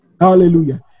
Hallelujah